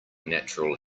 natural